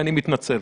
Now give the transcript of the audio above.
אני מתנצל.